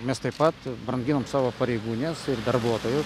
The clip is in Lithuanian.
mes taip pat branginam savo pareigūnes ir darbuotoju